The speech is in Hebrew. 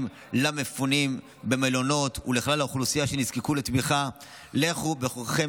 למפונים במלונות ולכלל האוכלוסייה שנזקקה לתמיכה: לכו בכוחכם